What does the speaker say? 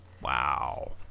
Wow